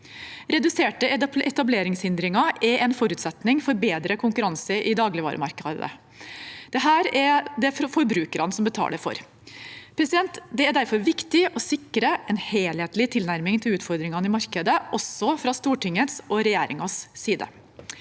Reduserte etableringshindringer er en forutsetning for bedre konkurranse i dagligvaremarkedet. Dette er det forbrukerne som betaler for. Det er derfor viktig å sikre en helhetlig tilnærming til utfordringene i markedet, også fra Stortingets og regjeringens side.